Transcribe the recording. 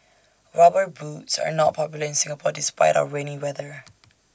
rubber boots are not popular in Singapore despite our rainy weather